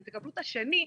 אתם תקבלו את השני",